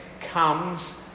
comes